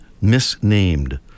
misnamed